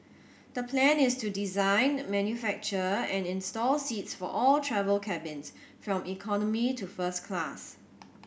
the plan is to design manufacture and install seats for all travel cabins from economy to first class